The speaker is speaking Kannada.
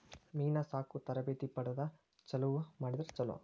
ಮೇನಾ ಸಾಕು ತರಬೇತಿ ಪಡದ ಚಲುವ ಮಾಡಿದ್ರ ಚುಲೊ